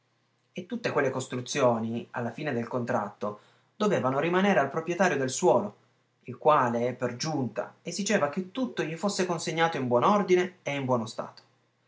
e tutte queste costruzioni alla fine del contratto dovevano rimanere al proprietario del suolo il quale per giunta esigeva che tutto gli fosse consegnato in buon ordine e in buono stato